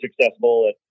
successful